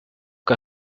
que